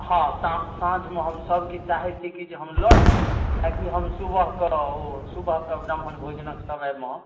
हँ सा साँझमे हम सबके चाहै छियै कि जे हम लऽ ली किएकि हम सुबह के ओ सुबह के ब्राह्मण भोजनक समयमे